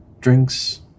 drinks